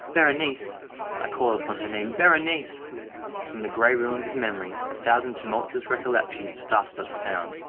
berenice i call upon her name berenice and from the gray ruins of memory a thousand tumultuous recollections are startled at the sound!